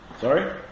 Sorry